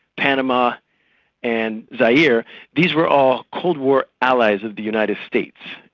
panama and zaire these were all cold war allies of the united states,